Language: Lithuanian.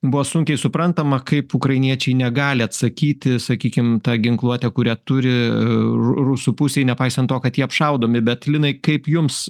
buvo sunkiai suprantama kaip ukrainiečiai negali atsakyti sakykim ta ginkluote kurią turi rusų pusėj nepaisant to kad jie apšaudomi bet linai kaip jums